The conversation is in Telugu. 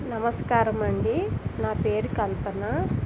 నమస్కారం అండి నా పేరు కల్పన